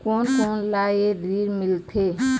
कोन कोन ला ये ऋण मिलथे?